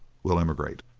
will emigrate.